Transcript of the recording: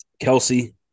Kelsey